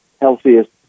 healthiest